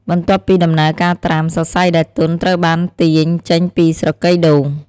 បន្ទាប់ពីដំណើរការត្រាំ សរសៃដែលទន់ត្រូវបានទាញចេញពីស្រកីដូង។